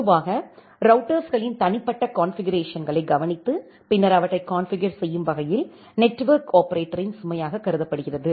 பொதுவாக ரௌட்டர்ஸ்களின் தனிப்பட்ட கான்ஃபிகுரேஷன்களைக் கவனித்து பின்னர் அவற்றை கான்ஃபிகர் செய்யும் வகையில் நெட்வொர்க் ஆபரேட்டரின் சுமையாக கருதப்படுகிறது